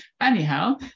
anyhow